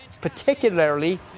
particularly